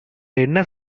என்ன